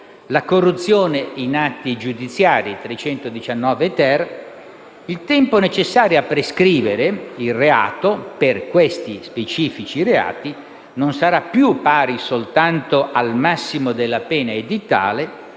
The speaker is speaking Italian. la corruzione in atti giudiziari (articolo 319-*ter*). Il tempo necessario a prescrivere il reato, per questi specifici reati, non sarà più pari soltanto al massimo della pena edittale,